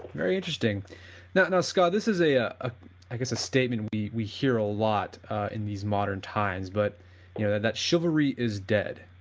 very interesting now scott this is a ah a i guess a statement b we hear a lot in these modern times, but you know that chivalry is dead,